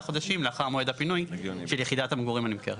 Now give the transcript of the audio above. חודשים לאחר הפינוי של יחידת המגורים הנמכרת.